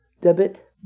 Debit